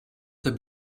der